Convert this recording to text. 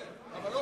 בסדר, אבל לא ככה.